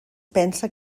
pensa